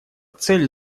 цель